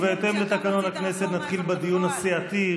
בהתאם לתקנון הכנסת, נתחיל בדיון הסיעתי.